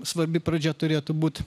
svarbi pradžia turėtų būt